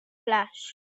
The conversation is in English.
flash